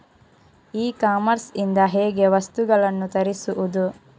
E commerce ಇಂದ ಹೇಗೆ ವಸ್ತುಗಳನ್ನು ತರಿಸುವುದು?